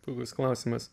puikus klausimas